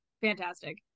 fantastic